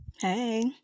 Hey